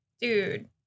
Dude